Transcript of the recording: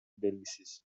белгисиз